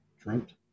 dreamt